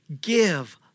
give